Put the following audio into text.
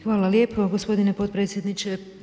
Hvala lijepo gospodine potpredsjedniče.